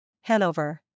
Hanover